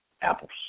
apples